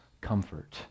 comfort